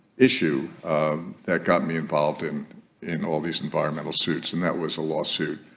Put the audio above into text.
issue that got me involved in in all these environmental suits and that was a lawsuit